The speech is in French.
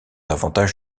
avantage